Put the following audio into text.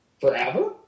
forever